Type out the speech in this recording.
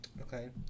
Okay